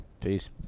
Peace